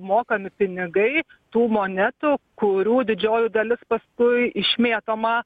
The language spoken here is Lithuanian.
mokami pinigai tų monetų kurių didžioji dalis paskui išmėtoma